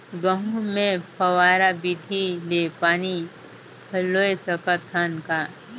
गहूं मे फव्वारा विधि ले पानी पलोय सकत हन का?